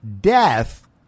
death